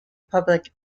public